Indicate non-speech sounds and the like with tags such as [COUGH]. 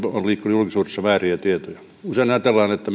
julkisuudessa vääriä tietoja usein ajatellaan että [UNINTELLIGIBLE]